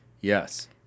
Yes